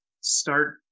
Start